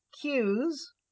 cues